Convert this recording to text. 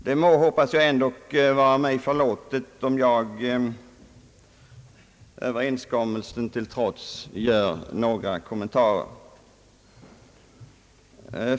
Det må, hoppas jag, ändå vara mig förlåtet om jag, överenskommelsen till trots, gör några kommentarer.